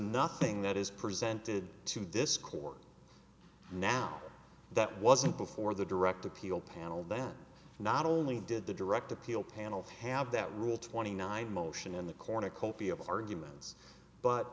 nothing that is presented to this court now that wasn't before the direct appeal panel that not only did the direct appeal panels have that rule twenty nine motion in the cornucopia of arguments but